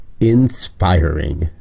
inspiring